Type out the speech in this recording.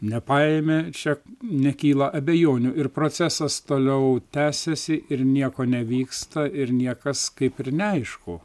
nepaėmė čia nekyla abejonių ir procesas toliau tęsiasi ir nieko nevyksta ir niekas kaip ir neaišku